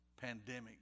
pandemic